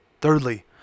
Thirdly